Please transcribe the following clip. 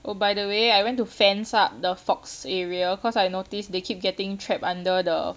oh by the way I went to fence up the fox area cause I noticed they keep getting trapped under the